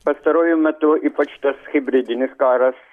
pastaruoju metu ypač tas hibridinis karas